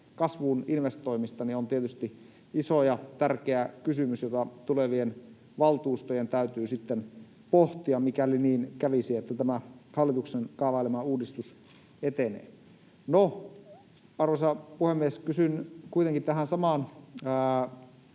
kasvuun investoimista, on tietysti iso ja tärkeä kysymys, jota tulevien valtuustojen täytyy sitten pohtia, mikäli niin kävisi, että tämä hallituksen kaavailema uudistus etenee. No, arvoisa puhemies, kysyn kuitenkin tähän samaan